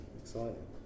exciting